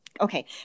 Okay